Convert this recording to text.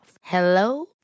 Hello